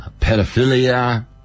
pedophilia